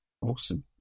Awesome